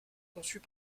conçues